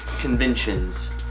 conventions